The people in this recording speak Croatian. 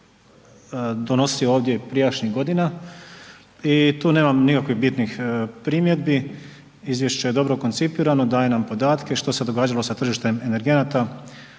donosilo ovdje prijašnjih godina i tu nemam nikakvih bitnih primjedbi. Izvješće je dobro koncipirano, daje nam podatke što se događalo sa tržištem energenata